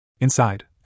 Inside